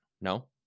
no